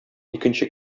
икенче